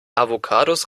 avocados